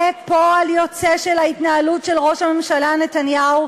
זה פועל יוצא של ההתנהלות של ראש הממשלה נתניהו,